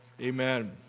Amen